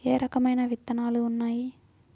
ఏ రకమైన విత్తనాలు ఉన్నాయి?